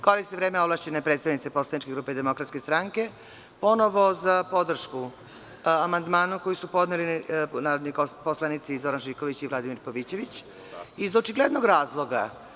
Koristim vreme ovlašćene predstavnice poslaničke grupe DS, ponovo za podršku amandmana koji su podneli narodni poslanici Zoran Živković i Vladimir Pavićević, iz očiglednog razloga.